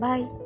Bye